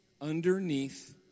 underneath